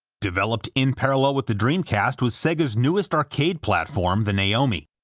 developed in parallel with the dreamcast was sega's newest arcade platform, the naomi.